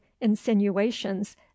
insinuations